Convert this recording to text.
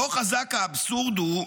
כה חזק האבסורד הוא,